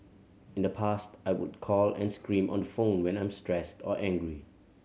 in the past I would call and scream on the phone when I'm stressed or angry